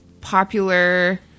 popular